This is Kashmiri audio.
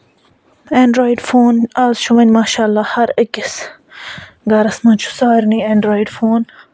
اِنڈرِیوڈ فون آز چھُ وَنۍ ماشاللہ ہَر أکِس گرَس منٛز چھُ سارنہِ اٮ۪نڈرِیوڈ فون